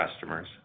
customers